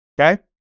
okay